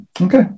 Okay